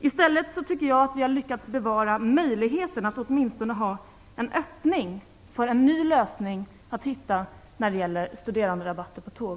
I stället har vi lyckats bevara möjligheten att åtminstone ha en öppning för att hitta en ny lösning när det gäller studeranderabatter på tåg.